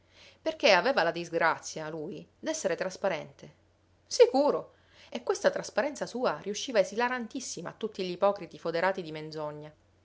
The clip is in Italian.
perché aveva la disgrazia lui d'essere trasparente sicuro e questa trasparenza sua riusciva esilarantissima a tutti gl'ipocriti foderati di menzogna